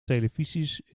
televisies